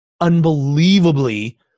unbelievably